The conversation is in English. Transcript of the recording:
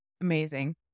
Amazing